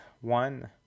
one